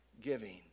giving